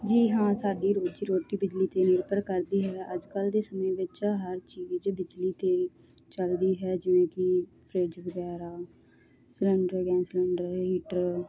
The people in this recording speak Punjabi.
ਜੀ ਹਾਂ ਸਾਡੀ ਰੋਜ਼ੀ ਰੋਟੀ ਬਿਜਲੀ 'ਤੇ ਨਿਰਭਰ ਕਰਦੀ ਹੈ ਅੱਜ ਕੱਲ੍ਹ ਦੇ ਸਮੇਂ ਵਿੱਚ ਹਰ ਚੀਜ਼ ਬਿਜਲੀ 'ਤੇ ਚਲਦੀ ਹੈ ਜਿਵੇਂ ਕਿ ਫਰਿੱਜ ਵਗੈਰਾ ਸਲੰਡਰ ਗੈਸ ਸਲੰਡਰ ਹੀਟਰ